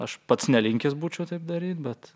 aš pats nelinkęs būčiau taip daryt bet